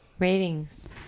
Ratings